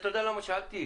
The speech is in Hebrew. אתה יודע למה שאלתי?